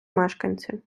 мешканці